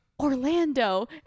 orlando